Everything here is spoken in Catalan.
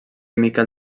miquel